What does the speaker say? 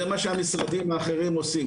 זה מה שהמשרדים האחרים עושים.